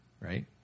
right